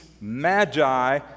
magi